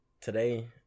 Today